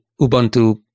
Ubuntu